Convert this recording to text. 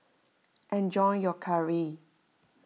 enjoy your Curry